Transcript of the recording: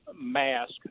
mask